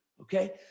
Okay